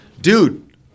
Dude